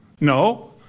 no